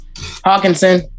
Hawkinson